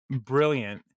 brilliant